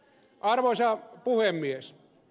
arvoisa puhemies